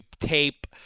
tape